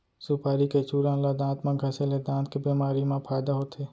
सुपारी के चूरन ल दांत म घँसे ले दांत के बेमारी म फायदा होथे